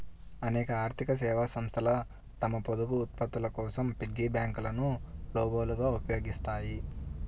అనేక ఆర్థిక సేవా సంస్థలు తమ పొదుపు ఉత్పత్తుల కోసం పిగ్గీ బ్యాంకులను లోగోలుగా ఉపయోగిస్తాయి